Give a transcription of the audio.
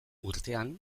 urtean